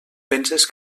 penses